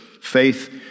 faith